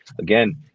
Again